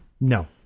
No